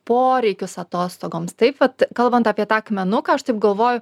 poreikius atostogoms taip vat kalbant apie tą akmenuką aš taip galvoju